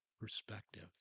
perspective